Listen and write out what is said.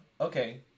okay